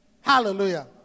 Hallelujah